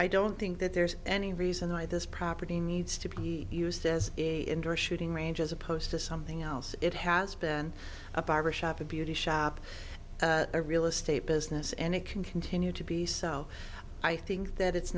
i don't think that there's any reason why this property needs to be used as a indoor shooting range as opposed to something else it has been a barber shop a beauty shop a real estate business and it can continue to be so i think that it's